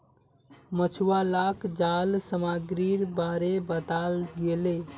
मछुवालाक जाल सामग्रीर बारे बताल गेले